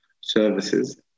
services